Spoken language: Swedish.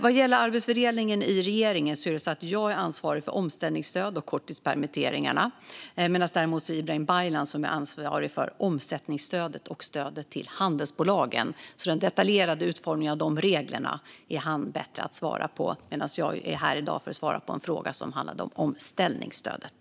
Vad gäller arbetsfördelningen i regeringen är det så att jag är ansvarig för omställningsstöd och korttidspermitteringarna medan Ibrahim Baylan däremot är ansvarig för omsättningsstödet och stödet till handelsbolagen. Den detaljerade utformningen av de reglerna är alltså han bättre lämpad att svara på, medan jag är här i dag för att svara på en fråga som handlade om omställningsstödet.